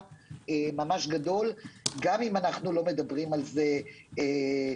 מאוד גדול גם אם אנו לא מדברים על זה כרגע.